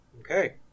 Okay